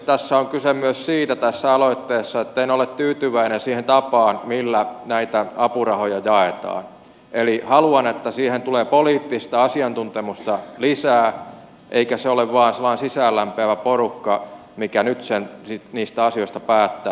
tässä aloitteessa on kyse myös siitä että en ole tyytyväinen siihen tapaan millä näitä apurahoja jaetaan eli haluan että siihen tulee poliittista asiantuntemusta lisää eikä se ole vain sellainen sisäänlämpiävä porukka mikä nyt niistä asioista päättää